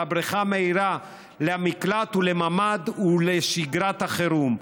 לבריחה המהירה למקלט ולממ"ד ולשגרת החירום.